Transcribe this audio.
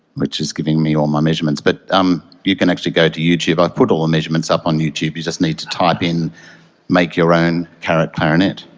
which is giving me all my measurements. but um you can actually go to youtube. i've put all measurements up on youtube. you just need to type in make your own carrot clarinet.